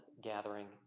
gathering